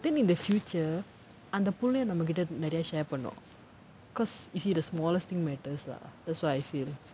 then in the future அந்த புள்ளயே நம்மகிட்ட நிறைய:antha pullayae nammakitta niraiya share பண்ணும்:pannum because you see the smallest thing matters lah that's what I feel